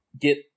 get